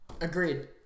Agreed